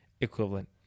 equivalent